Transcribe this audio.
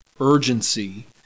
urgency